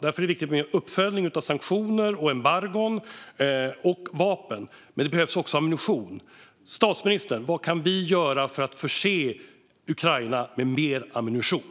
Därför är det viktigt med uppföljning av sanktioner och embargon samt vapen. Men det behövs också ammunition. Vad kan vi göra, statsministern, för att förse Ukraina med mer ammunition?